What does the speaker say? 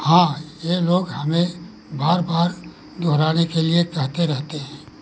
हाँ यह लोग हमें बार बार दोहराने के लिए कहते रहते हैं